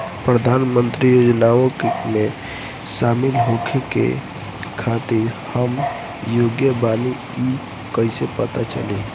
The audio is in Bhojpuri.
प्रधान मंत्री योजनओं में शामिल होखे के खातिर हम योग्य बानी ई कईसे पता चली?